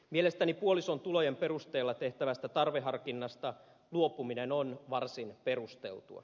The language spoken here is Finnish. mielestäni puolison tulojen perusteella tehtävästä tarveharkinnasta luopuminen on varsin perusteltua